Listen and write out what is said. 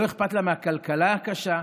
לא אכפת לה מהכלכלה הקשה,